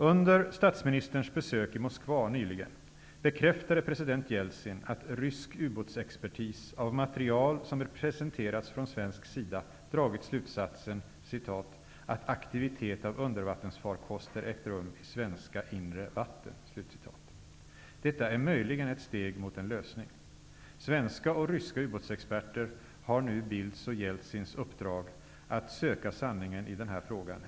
Under statsministerns besök i Moskva nyligen bekräftade president Jeltsin att rysk ubåtsexpertis, av material som presenterats från svensk sida, dragit slutsatsen ''att aktivitet av undervattensfarkoster ägt rum i svenska inre vatten''. Detta är möjligen ett steg mot en lösning. Svenska och ryska ubåtsexperter har nu Bildts och Jeltsins uppdrag att söka sanningen i den här frågan.